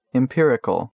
empirical